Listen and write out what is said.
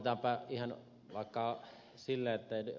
aloitetaanpa ihan vaikka sillä että ed